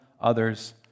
others